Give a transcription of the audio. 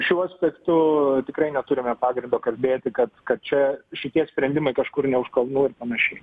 šiuo aspektu tikrai neturime pagrindo kalbėti kad kad čia šitie sprendimai kažkur ne už kalnų ir panašiai